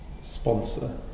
sponsor